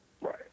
Right